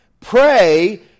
Pray